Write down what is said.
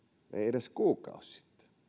edes kuukausi sitten voi